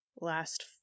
last